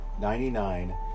ninety-nine